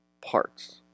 parts